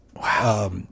Wow